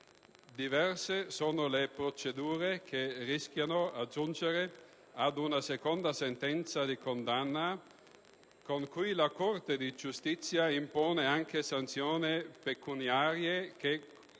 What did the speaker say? Diverse sono le procedure che rischiano di giungere ad una seconda sentenza di condanna con cui la Corte di giustizia impone anche sanzioni pecunarie che comporteranno